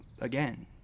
again